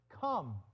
come